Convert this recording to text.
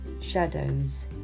shadows